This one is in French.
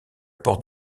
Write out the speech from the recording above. porte